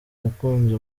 mukunzi